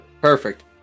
Perfect